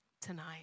tonight